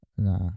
nah